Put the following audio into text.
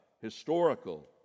historical